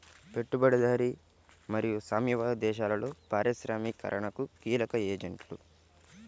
పెట్టుబడిదారీ మరియు సామ్యవాద దేశాలలో పారిశ్రామికీకరణకు కీలక ఏజెంట్లు